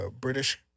british